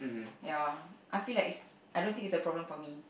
ya I feel like is I don't think it's a problem for me